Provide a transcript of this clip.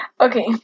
okay